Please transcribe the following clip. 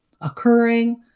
occurring